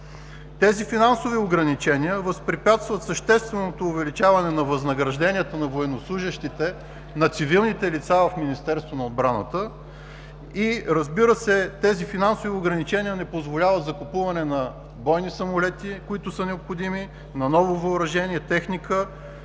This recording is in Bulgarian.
Тези финансови ограничения възпрепятстват същественото увеличаване на възнагражденията на военнослужещите, на цивилните лица в Министерството на отбраната. Тези финансови ограничения не позволяват закупуване на бойни самолети, които са необходими, на ново въоръжение, техника